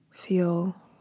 Feel